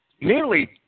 nearly